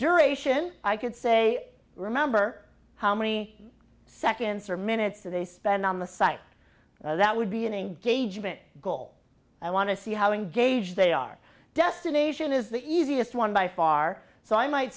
duration i could say remember how many seconds or minutes they spend on the site that would be an engagement goal i want to see how engaged they are destination is the easiest one by far so i might